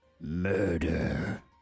murder